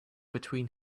between